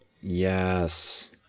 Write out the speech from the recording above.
Yes